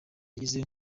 yagize